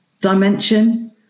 dimension